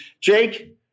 Jake